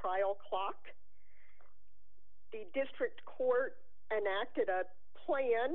trial clock the district court enacted a plan